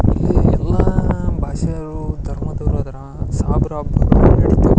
ಇಲ್ಲಿ ಎಲ್ಲ ಭಾಷೆಯವರೂ ಧರ್ಮದವರೂ ಸಾಬರ ಹಬ್ಬಗಳು ನಡಿತವೆ